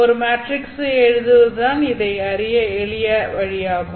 ஒரு மேட்ரிக்ஸை எழுதுவது தான் இதை அறிய எளிதான வழி ஆகும்